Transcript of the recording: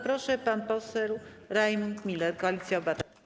Proszę, pan poseł Rajmund Miller, Koalicja Obywatelska.